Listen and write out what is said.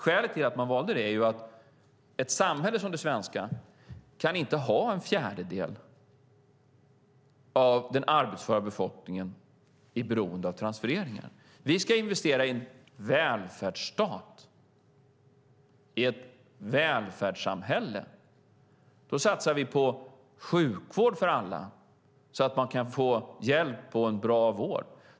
Skälet till att man valde det är att ett samhälle som det svenska inte kan ha en fjärdedel av den arbetsföra befolkningen i beroende av transfereringar. Vi ska investera i en välfärdsstat och i ett välfärdssamhälle. Då satsar vi på sjukvård för alla så att man kan få hjälp och en bra vård.